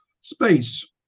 space